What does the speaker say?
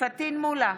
פטין מולא,